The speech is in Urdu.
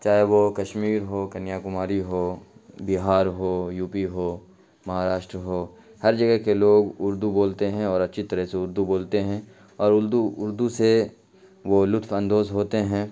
چاہے وہ کشمیر ہو کنیا کماری ہو بہار ہو یو پی ہو مہاراشٹر ہو ہر جگہ کے لوگ اردو بولتے ہیں اور اچھی طرح سے اردو بولتے ہیں اور الدو اردو سے وہ لطف اندوز ہوتے ہیں